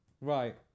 Right